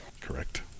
Correct